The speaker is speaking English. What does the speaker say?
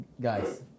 guys